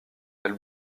elle